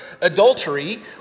adultery